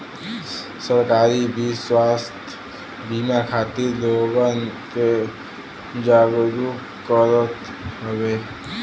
सरकार भी स्वास्थ बिमा खातिर लोगन के जागरूक करत हउवे